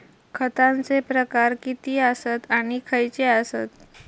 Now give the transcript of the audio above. खतांचे प्रकार किती आसत आणि खैचे आसत?